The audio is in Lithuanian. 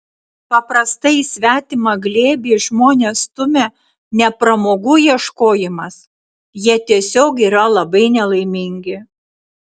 paprastai į svetimą glėbį žmones stumia ne pramogų ieškojimas jie tiesiog yra labai nelaimingi